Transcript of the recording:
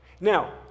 Now